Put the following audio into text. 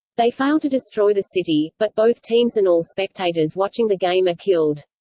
they fail to destroy the city, but both teams and all spectators watching the game are killed.